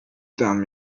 tam